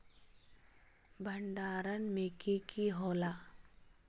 भण्डारण में की की होला?